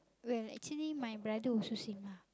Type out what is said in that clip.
while actually my brother also same ah